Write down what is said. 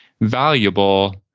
valuable